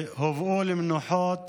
והם הובאו למנוחות